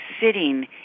sitting